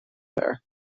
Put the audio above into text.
pair